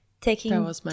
taking